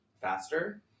faster